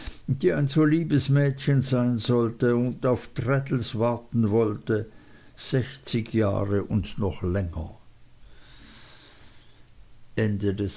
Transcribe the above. die ein so liebes mädchen sein sollte und auf traddles warten wollte sechzig jahre und noch länger